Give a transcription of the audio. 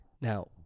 Now